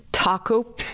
Taco